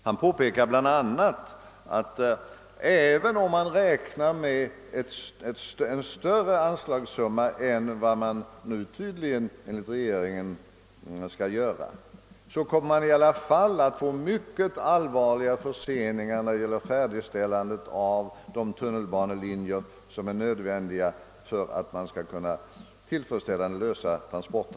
Han påpekar bl.a. att även om man räknar med en större anslagssumma än vad man nu tydligen enligt regeringen skall göra, kommer man att få allvarliga förseningar vad beträffar färdigställande av de tunnelbanelinjer som är nödvändiga för att man skall kunna tillfredsställande lösa transportproblemen.